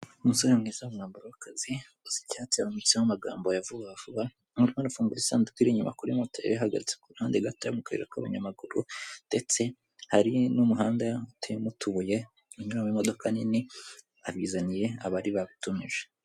Umusore mwiza mu mwambaro w'akazi, usa icyatsi wanditseho amagambo ya vuba vuba, arimo arafungure isanduku iri inyuma kuri moto yari yahagaritse ku ruhande gatoya mu kayira k'abanyamaguru ndetse hari n'umuhanda uteyemo utubuye unyuramo imodoka nini, abizaniye abari babitumije.